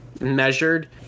measured